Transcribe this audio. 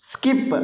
skip